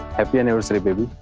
happy anniversary, baby.